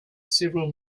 several